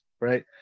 right